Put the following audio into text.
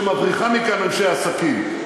שמבריחה מכאן אנשי עסקים,